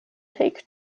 take